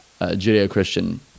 Judeo-Christian